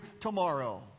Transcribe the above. tomorrow